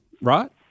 right